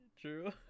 True